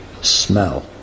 smell